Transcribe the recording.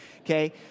Okay